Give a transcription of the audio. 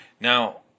Now